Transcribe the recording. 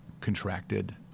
contracted